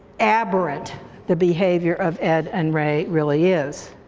aberrant the behavior of ed and ray really is.